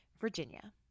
Virginia